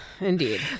Indeed